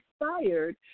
inspired